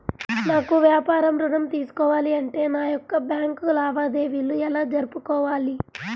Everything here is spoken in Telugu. నాకు వ్యాపారం ఋణం తీసుకోవాలి అంటే నా యొక్క బ్యాంకు లావాదేవీలు ఎలా జరుపుకోవాలి?